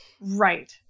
right